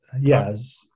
yes